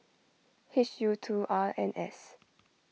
H U two R N S